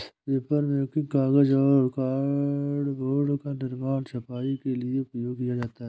papermaking कागज और cardboard का निर्माण है छपाई के लिए उपयोग किया जाता है